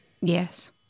Yes